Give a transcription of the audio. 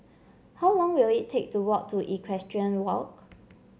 how long will it take to walk to Equestrian Walk